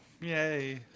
yay